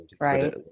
right